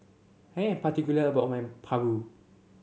I am particular about my Paru